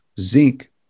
Zinc